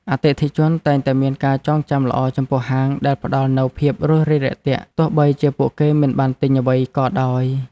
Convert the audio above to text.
អតិថិជនតែងតែមានការចងចាំល្អចំពោះហាងដែលផ្តល់នូវភាពរួសរាយរាក់ទាក់ទោះបីជាពួកគេមិនបានទិញអ្វីក៏ដោយ។